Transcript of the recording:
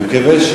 אני מקווה,